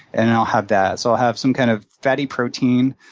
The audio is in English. and i'll have that. so i'll have some kind of fatty protein,